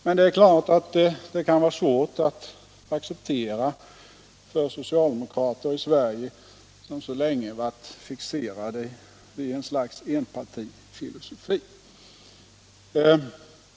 Men det är klart att det kan vara svårt att acceptera för socialdemokrater i Sverige som så länge har varit fixerade vid ett slags enpartifilosofi.